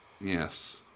Yes